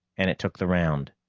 and it took the round.